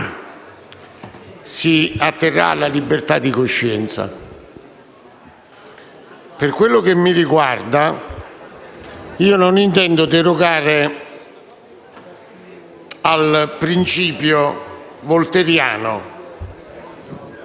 si atterrà alla libertà di coscienza. Per quello che mi riguarda, non intendo derogare al principio volteriano: